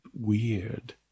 weird